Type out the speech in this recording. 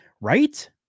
Right